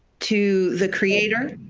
to the creator,